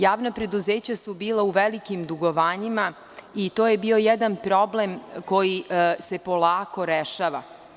Javna preduzeća su bila u velikim dugovanjima i to je bio jedan problem koji se polako rešava.